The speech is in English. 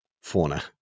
fauna